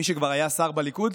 מי שכבר היה שר בליכוד,